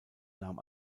nahm